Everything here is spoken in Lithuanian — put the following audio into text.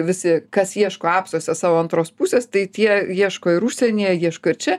visi kas ieško apsuose savo antros pusės tai tie ieško ir užsienyje ieško ir čia